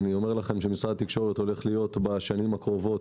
משרד התקשרות הולך להיות בשנים הקרובות